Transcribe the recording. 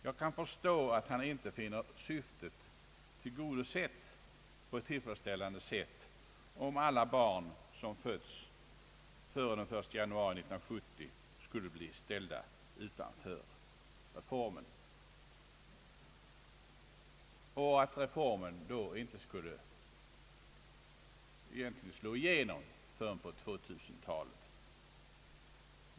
Jag kan förstå att han inte finner syftet tillgodosett på ett tillfredsställande sätt om alla barn som fötts före den 1 januari 1970 skulle bli ställda utanför reformen. Den skulle då egentligen inte slå igenom förrän på 2000-talet.